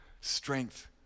strength